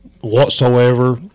whatsoever